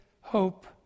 hope